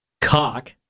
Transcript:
Cock